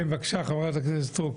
כן, בבקשה, חברת הכנסת סטרוק.